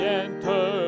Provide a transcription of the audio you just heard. enter